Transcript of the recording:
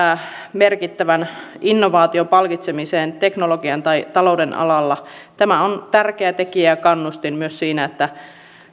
merkittävän innovaation palkitsemiseen teknologian tai talouden alalla tämä on tärkeä tekijä ja kannustin myös siinä että